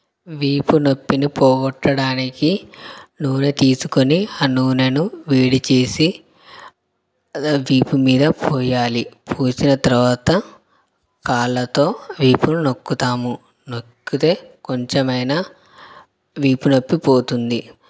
వీపు నొప్పిని పోగొట్టడానికి నూనె తీసుకొని ఆ నూనెను వేడి చేసి అలా వీపు మీద పోయాలి పోసిన తర్వాత కాళ్ళతో వీపును నొక్కుతాము నొక్కుతే కొంచెం అయినా వీపు నొప్పి పోతుంది